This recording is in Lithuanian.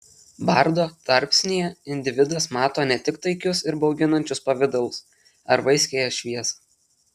bardo tarpsnyje individas mato ne tik taikius ir bauginančius pavidalus ar vaiskiąją šviesą